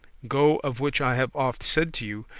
go, of which i have oft said to you,